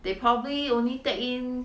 they probably only take in